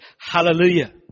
Hallelujah